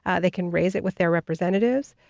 ah they can raise it with their representatives.